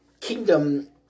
Kingdom